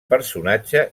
personatge